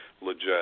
legit